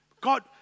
God